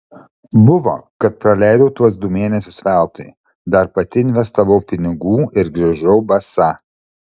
buvo kad praleidau tuos du mėnesius veltui dar pati investavau pinigų ir grįžau basa